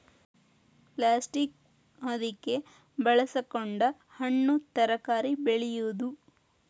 plastic ಹೊದಿಕೆ ಬಳಸಕೊಂಡ ಹಣ್ಣು ತರಕಾರಿ ಬೆಳೆಯುದು